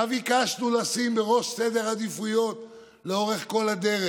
מה ביקשנו לשים בראש סדר העדיפויות לאורך כל הדרך?